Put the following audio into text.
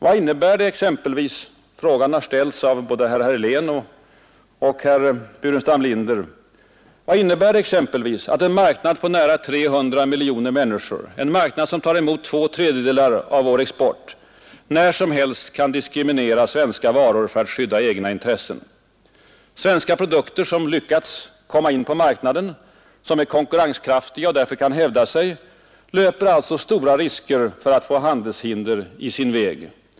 Vad innebär det exempelvis — frågan har ställts av både herr Helén od och herr Burenstam Linder — att en marknad på nära 300 miljoner människor, en marknad som tar emot två tredjedelar av vår export, när som helst kan diskriminera svenska varor för att skydda egna intressen? Svenska produkter som lyckats komma in på marknaden och hävda sig löper stora risker för att få handelshinder i sin väg.